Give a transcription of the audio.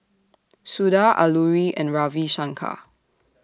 Suda Alluri and Ravi Shankar